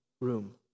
room